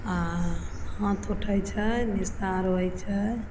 आओर हाथ उठय छै निस्तार होइ छै